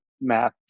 math